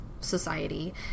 society